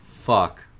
Fuck